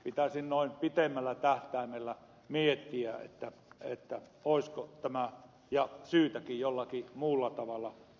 pitäisi noin pitemmällä tähtäimellä miettiä olisiko tämä syytäkin jollakin muulla tavalla korvata